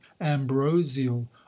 ambrosial